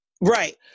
right